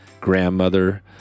grandmother